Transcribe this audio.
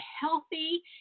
healthy